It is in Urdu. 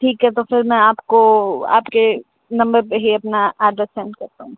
ٹھیک ہے تو پھر میں آپ کو آپ کے نمبر پہ ہی اپنا ایڈریس سینڈ کر دوں گی